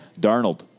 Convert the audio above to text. Darnold